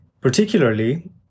Particularly